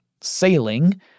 sailing